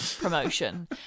promotion